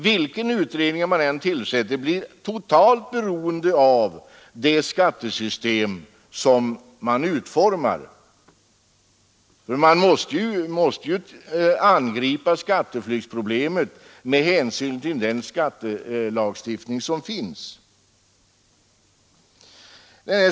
Vilken utredning man än tillsätter blir den totalt beroende av det skattesystem som riksdagen utformar. Man måste angripa skatteflyktsproblemet med hänsyn till den lagstiftning som finns.